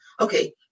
okay